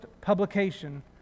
publication